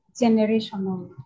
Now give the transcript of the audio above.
generational